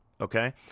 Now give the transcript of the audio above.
okay